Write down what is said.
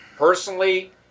Personally